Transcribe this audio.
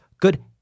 good